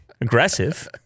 aggressive